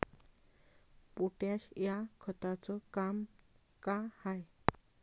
Potash या खताचं काम का हाय?